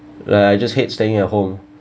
like I just hate staying at home